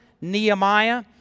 Nehemiah